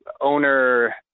owner